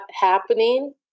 happening